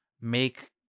make